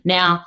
Now